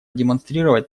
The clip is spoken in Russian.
демонстрировать